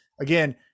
Again